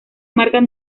marcan